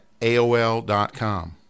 aol.com